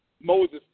Moses